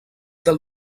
del